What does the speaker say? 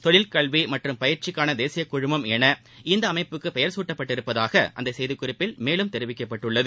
தொழில்கல்வி மற்றும பயிற்சிக்கான தேசியக்குழுமம் என இந்த அமைப்புக்கு பெயர் சூட்டப்பட்டுள்ளதாக அந்த செய்திக்குறிப்பில் தெரிவிக்கப்பட்டுள்ளது